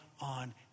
on